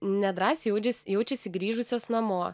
nedrąsiai jaudžias jaučiasi grįžusios namo